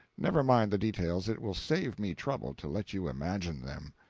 never mind the details it will save me trouble to let you imagine them.